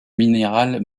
minéral